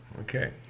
Okay